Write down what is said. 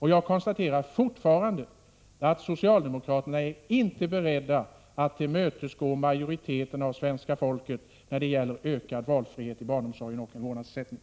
Jag konstaterar fortfarande att socialdemokraterna inte är beredda att tillmötesgå majoriteten av svenska folket när det gäller ökad valfrihet i barnomsorgen och en vårdnadsersättning.